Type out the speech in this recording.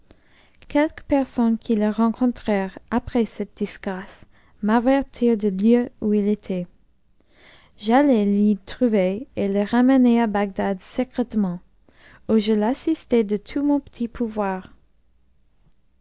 quelques personnes qui le rencontrèrent après cette disgrâce m'avertirent du lieu où il était j'allai l'y trouver et le ramenai à bagdad secrètement où je l'assistai do tout mon petit pouvoir